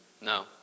No